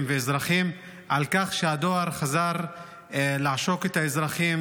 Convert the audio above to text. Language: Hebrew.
ואזרחים על כך שהדואר חזר לעשוק את האזרחים